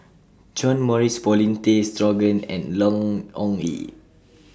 John Morrice Paulin Tay Straughan and Long Ong Li